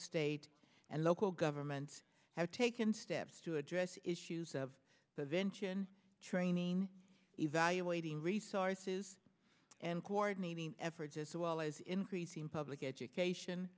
state and local governments have taken steps to address issues of the vention training evaluating resources and coordinating efforts as well as increasing public education